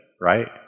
right